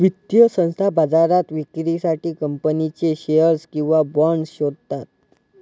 वित्तीय संस्था बाजारात विक्रीसाठी कंपनीचे शेअर्स किंवा बाँड शोधतात